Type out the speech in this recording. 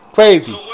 Crazy